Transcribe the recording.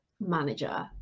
manager